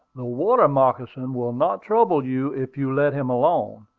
the water-moccasin will not trouble you if you let him alone.